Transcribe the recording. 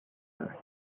earth